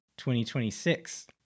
2026